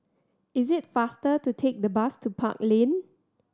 it is faster to take the bus to Park Lane